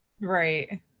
Right